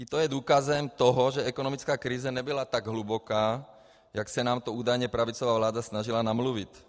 I to je důkazem toho, že ekonomická krize nebyla tak hluboká, jak se nám to údajně pravicová vláda snažila namluvit.